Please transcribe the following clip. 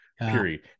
period